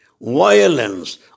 violence